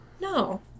No